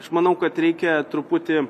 aš manau kad reikia truputį